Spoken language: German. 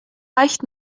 reicht